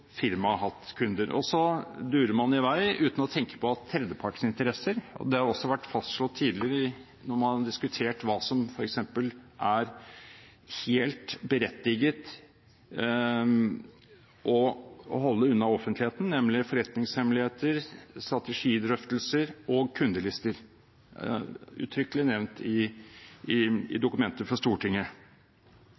firma og ikke selv hatt kunder direkte, men firmaet har hatt kunder. Man durer i vei uten å tenke på tredjepartsinteresser. Det har også vært fastslått tidligere når man har diskutert hva som f.eks. er helt berettiget å holde unna offentligheten, nemlig forretningshemmeligheter, strategidrøftelser og kundelister. Det er uttrykkelig nevnt i dokumentet fra Stortinget.